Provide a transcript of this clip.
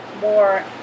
more